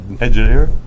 engineer